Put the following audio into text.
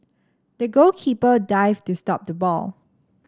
the goalkeeper dived to stop the ball